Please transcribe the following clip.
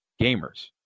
gamers